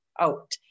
out